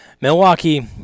Milwaukee